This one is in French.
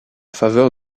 faveur